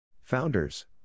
Founders